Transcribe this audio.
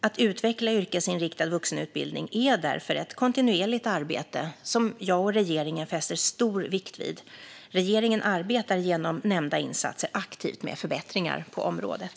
Att utveckla yrkesinriktad vuxenutbildning är därför ett kontinuerligt arbete som jag och regeringen fäster stor vikt vid. Regeringen arbetar genom nämnda insatser aktivt med förbättringar på området.